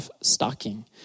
stocking